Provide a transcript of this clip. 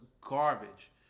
garbage